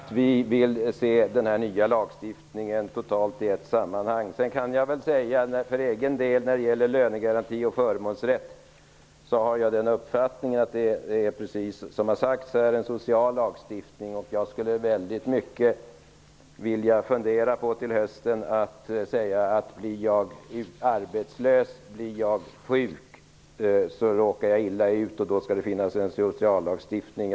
Herr talman! Förklaringen är att vi vill se den nya lagstiftningen i ett sammanhang. Jag har den uppfattningen att lönegarantin och förmånsrätten utgör en del av en social lagstiftning. Jag vill till hösten fundera över följande. Om jag blir arbetslös eller sjuk kan jag råka illa ut. Då skall det finnas en social lagstiftning.